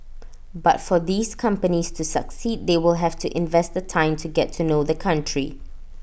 but for these companies to succeed they will have to invest the time to get to know the country